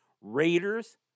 raiders